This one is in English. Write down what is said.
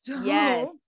Yes